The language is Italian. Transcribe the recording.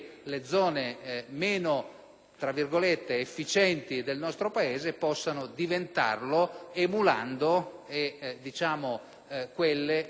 che le zone meno efficienti del nostro Paese possano diventarlo emulando quelle che lo sono maggiormente.